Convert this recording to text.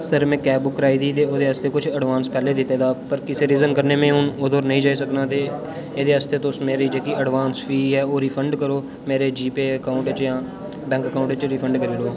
sir में cab book कराई दी ही ते ओह्दे आस्तै कुछ अडवांस पैह्लें दित्ते दा हा पर कुसै रीजन कन्नै में हुन ओह्दे पर नेईं जाई सकना ते एह्दे आस्तै तुस मेरी जेह्की अडवांस फीस ऐ ओह् रिफंड करो मेरे जी पेऽ अकाउंट च जां बैंक अकाउंट च रिफंड करी ओड़ो